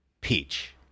peach